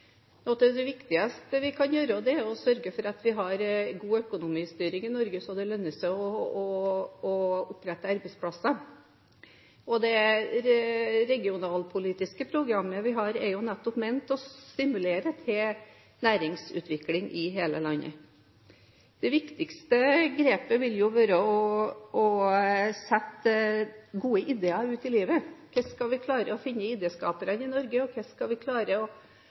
Det viktigste vi kan gjøre, er å sørge for at vi har god økonomistyring i Norge, slik at det lønner seg å opprette arbeidsplasser. Det regionalpolitiske programmet vi har, er jo nettopp ment å skulle stimulere til næringsutvikling i hele landet. Det viktigste grepet vil være å sette gode ideer ut i livet for hvordan vi skal klare å finne idéskapere i Norge, og hvordan vi skal klare å videreutvikle disse ideene. Vi